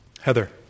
Heather